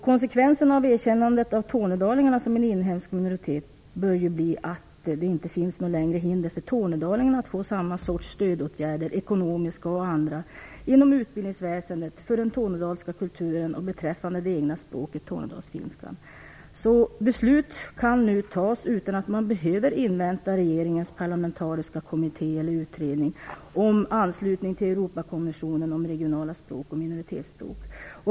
Konsekvensen av erkännandet av tornedalingarna som en inhemsk minoritet bör bli att det inte längre finns något hinder för tornedalingarna att få samma sorts stödåtgärder, ekonomiska och andra, inom utbildningsväsendet, för den tornedalska kulturen och beträffande det egna språket tornedalsfinska. Beslut kan nu fattas, utan att man behöver invänta regeringens parlamentariska kommitté eller utredning, om anslutning till Europakonventionen om regionala språk och minoritetsspråk.